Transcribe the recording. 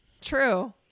True